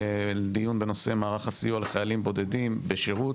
דיון בנושא מערך הסיוע לחיילים בודדים בשירות